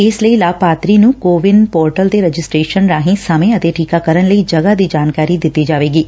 ਇਸ ਲਈ ਲਾਭਪਾਤਰੀ ਨੂੰ ਕੋਵਿਨ ਪੋਰਟਲ ਤੇ ਰਜਿਸਟਰੇਸ਼ਨ ਰਾਹੀ ਸਮੇਂ ਅਤੇ ਟੀਕਾਕਰਨ ਲਈ ਜਗਾ ਦੀ ਜਾਣਕਾਰੀ ਦਿੱਤੀ ਜਾਵੇਗੀ